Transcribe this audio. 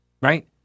Right